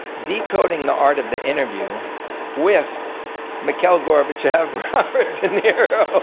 decoding the art of the interview with mikhail gorbachev, robert de niro